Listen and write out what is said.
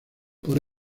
por